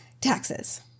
Taxes